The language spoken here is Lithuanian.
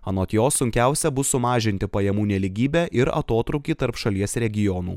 anot jo sunkiausia bus sumažinti pajamų nelygybę ir atotrūkį tarp šalies regionų